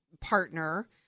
partner